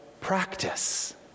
practice